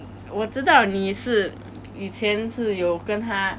我知道你也是以前是有跟他